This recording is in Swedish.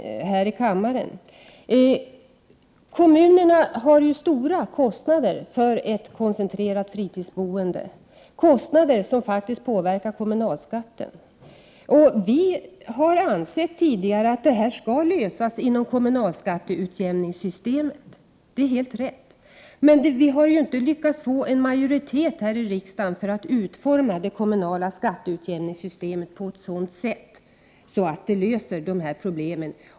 Men kommunerna har ju stora kostnader för ett koncentrerat fritidsboende, kostnader som faktiskt påverkar kommunalskatten. Vi i centern har tidigare sagt att dessa problem skall lösas inom kommunalskatteutjämningssystemet. Det är helt riktigt. Men vi har inte lyckats få en majoritet här i riksdagen för att utforma det kommunala skatteutjämningssystemet på ett sådant sätt att dessa problem löses.